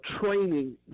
training